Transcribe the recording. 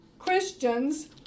Christians